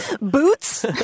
Boots